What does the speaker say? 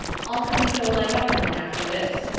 i'll come and go like other men after this.